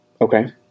okay